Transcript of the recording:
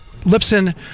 Lipson